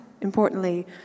importantly